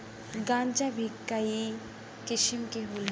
गांजा भीं कई किसिम के होला